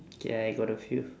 K I got a few